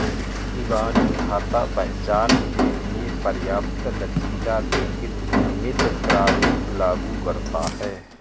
इबानी खाता पहचान के लिए पर्याप्त लचीला लेकिन नियमित प्रारूप लागू करता है